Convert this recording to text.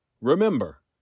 Remember